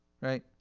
right